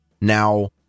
Now